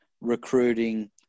recruiting